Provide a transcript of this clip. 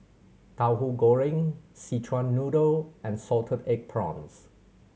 Tauhu Goreng Szechuan Noodle and salted egg prawns